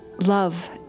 Love